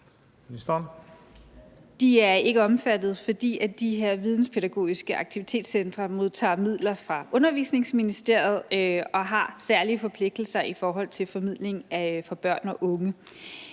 De er ikke omfattet, fordi de her videnspædagogiske aktivitetscentre modtager midler fra Undervisningsministeriet og har særlige forpligtelser i forhold til formidling til børn og unge.